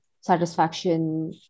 satisfaction